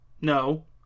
No